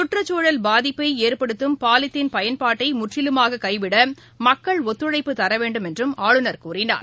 சுற்றுச்சூழல் பாதிப்பை ஏற்படுத்தும் பாலித்தீன் பயன்பாட்டை முற்றிலுமாக கைவிட மக்கள் ஒத்துழைப்புத்தர வேண்டும் என்றும் ஆளுநர் கூறினார்